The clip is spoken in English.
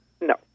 No